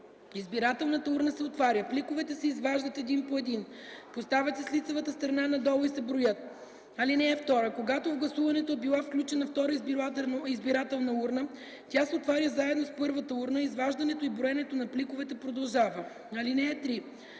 Избирателната урна се отваря, пликовете се изваждат един по един, поставят се с лицевата страна надолу и се броят. (2) Когато в гласуването е била включена втора избирателна урна, тя се отваря заедно с първата урна и изваждането и броенето на пликовете продължава. (3)